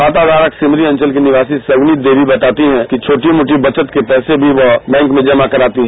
खाता धारक सिमरी अंचल की निवासी शगुनी देवी बताती है कि छोटी मोटी बचत के पैसे भी वह बैंक में जमा कराती है